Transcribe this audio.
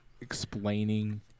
explaining